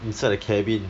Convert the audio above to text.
instead a cabin